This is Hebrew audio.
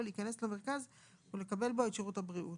להיכנס למרכז ולקבל בו את שירות הבריאות.